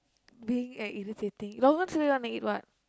being a irritating Long-John-Silver you wanna eat what